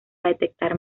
detectar